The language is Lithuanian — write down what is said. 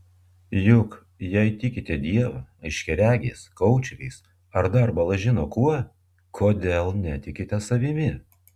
juk jei tikite dievą aiškiaregiais koučeriais ar dar bala žino kuo kodėl netikite savimi